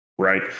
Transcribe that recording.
right